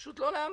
פשוט לא להאמין.